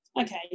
Okay